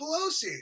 Pelosi